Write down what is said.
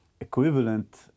equivalent